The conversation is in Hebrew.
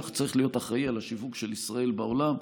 שצריך להיות אחראי על השיווק של ישראל בעולם.